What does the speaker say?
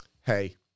hey